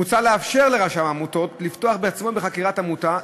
מוצע לאפשר לרשם העמותות לפתוח בעצמו בחקירת עמותה,